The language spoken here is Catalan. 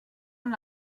amb